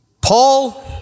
Paul